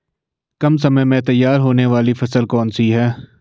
कम समय में तैयार होने वाली फसल कौन सी है?